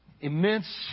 immense